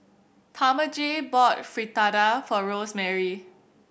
Talmage bought Fritada for Rosemary